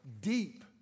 deep